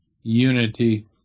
unity